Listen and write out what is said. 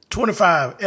Twenty-five